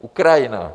Ukrajina.